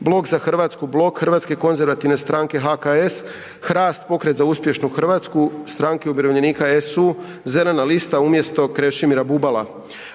Blok za Hrvatsku, Blok Hrvatske konzervativne stranke, HKS, HRAST, Pokret za uspješnu Hrvatsku, Stranke umirovljenika, SU, Zelena lista umjesto Krešimira Bubala.